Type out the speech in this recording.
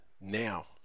now